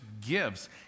gives